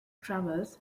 travels